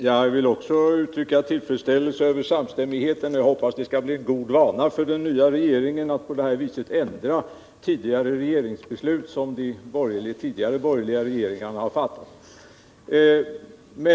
Herr talman! Också jag vill uttrycka tillfredsställelse över samstämmigheten. Jag hoppas det skall bli en god vana för den nya regeringen att på det här viset ändra beslut som de tidigare borgerliga regeringarna har fattat.